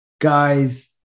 guys